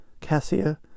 cassia